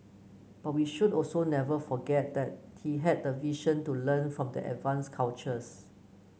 but we should also never forget that he had the vision to learn from the advanced cultures